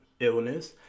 Illness